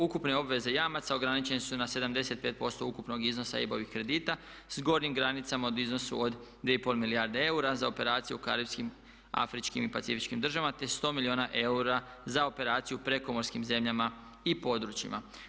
Ukupne obveze jamaca ograničene su na 75% ukupnog iznosa EIB-ovih kredita s gornjim granicama u iznosu od 2,5 milijarde eura za operaciju u karipskim, afričkim i pacifičkim državama te 100 milijuna eura za operaciju u prekomorskim zemljama i područjima.